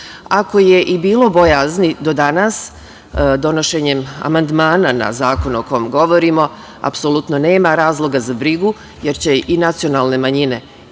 Ako je i bilo bojazni do danas donošenjem amandmana na zakon o kom govorimo, apsolutno nema razloga za brigu, jer će i nacionalne manjine nastaviti